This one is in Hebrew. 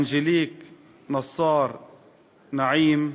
אנג'ליק נסאר נעים,